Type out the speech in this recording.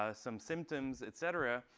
ah some symptoms, et cetera.